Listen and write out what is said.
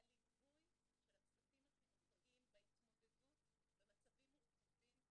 הליווי של הצוותים החינוכיים בהתמודדות במצבים מורכבים,